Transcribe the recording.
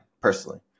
Personally